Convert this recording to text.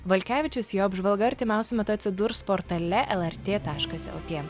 valkevičius jo apžvalga artimiausiu metu atsidurs portale lrt taškas lt